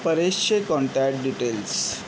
परेशचे contact details